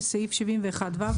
בסעיף 71ו,